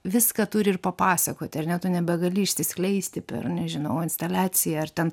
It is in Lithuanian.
viską turi ir papasakoti ar ne tu nebegali išsiskleisti per nežinau instaliaciją ar ten